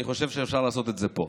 ואני חושב שאפשר לעשות את זה פה.